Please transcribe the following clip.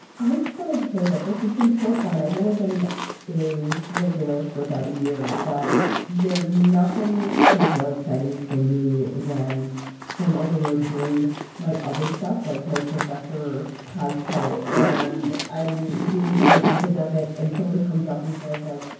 i just wanted to say that this has been so fun. i've only been a regular for about a year, but there is nothing kind of more exciting for me when i'm on the road doing my other stuff like my professor cosplay and i'm doing something academic and someone comes up and says like,